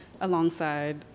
alongside